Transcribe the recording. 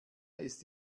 ist